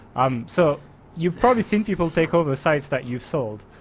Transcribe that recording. um so you've probably seen people take over sites that you've sold.